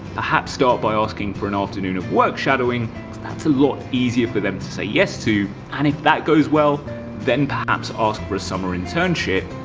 perhaps start by asking for an afternoon of work shadowing that's a lot easier for them to say yes to and if that goes well then perhaps ask for a summer internship,